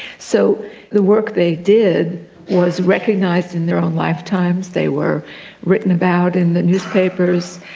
so the work they did was recognised in their own lifetimes, they were written about in the newspapers,